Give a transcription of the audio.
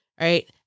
right